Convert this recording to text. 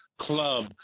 club